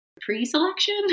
pre-selection